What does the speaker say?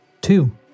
Two